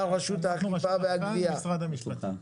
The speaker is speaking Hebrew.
אנחנו במשרד המשפטים.